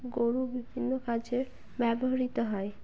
গরু বিভিন্ন কাজের ব্যবহৃত হয়